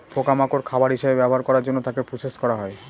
পোকা মাকড় খাবার হিসেবে ব্যবহার করার জন্য তাকে প্রসেস করা হয়